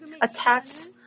attacks